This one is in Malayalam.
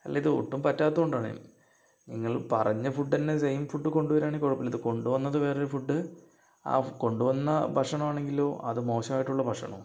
അല്ലിതൊട്ടും പറ്റാത്തതുകൊണ്ടാണ് നിങ്ങൾ പറഞ്ഞ ഫുഡ് തന്നെ സെയിം ഫുഡ് കൊണ്ടു വരികയാണെങ്കിൽ കുഴപ്പമില്ല ഇത് കൊണ്ടുവന്നത് വേറൊരു ഫുഡ് ആ കൊണ്ടുവന്ന ഭക്ഷണമാണെങ്കിലോ അത് മോശായിട്ടുള്ള ഭക്ഷണവും